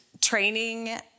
training